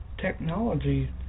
Technology